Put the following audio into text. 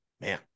Man